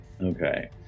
Okay